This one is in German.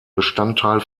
bestandteil